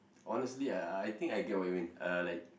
honestly I I think I get what you mean uh like